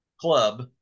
club